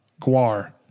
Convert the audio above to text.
Guar